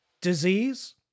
disease